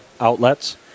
outlets